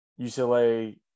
UCLA